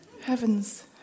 Heavens